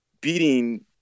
beating